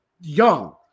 young